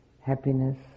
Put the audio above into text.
happiness